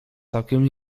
całkiem